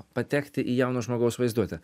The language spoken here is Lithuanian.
patekti į jauno žmogaus vaizduotę